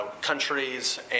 countries